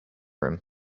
room